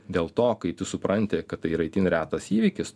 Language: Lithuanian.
dėl to kai tu supranti kad tai yra itin retas įvykis